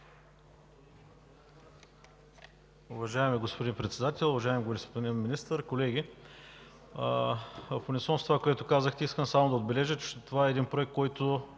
Уважаеми господин Председател, уважаеми господин Министър, колеги! В унисон с онова, което казахте, искам само да отбележа, че това е проект, който